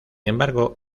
embargo